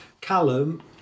Callum